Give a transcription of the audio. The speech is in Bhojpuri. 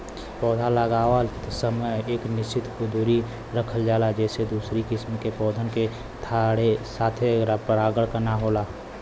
पौधा लगावत समय एक निश्चित दुरी रखल जाला जेसे दूसरी किसिम के पौधा के साथे परागण ना होला